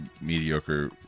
mediocre